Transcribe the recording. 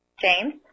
James